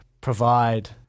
provide